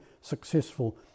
successful